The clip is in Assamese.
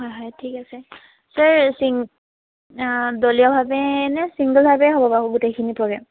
হয় হয় ঠিক আছে ছাৰ চিং দলীয়ভাৱে নে ছিংগলভাৱে হ'ব বাৰু গোটেইখিনি প্ৰ'গেম